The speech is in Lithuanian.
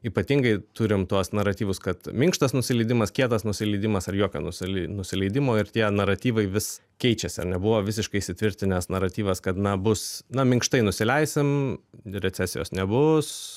ypatingai turim tuos naratyvus kad minkštas nusileidimas kietas nusileidimas ar jokio nusilei nusileidimo ir tie naratyvai vis keičiasi ar ne buvo visiškai įsitvirtinęs naratyvas kad na bus na minkštai nusileisim recesijos nebus